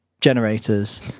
generators